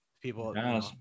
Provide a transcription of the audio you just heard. people